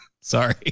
Sorry